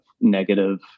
negative